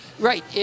Right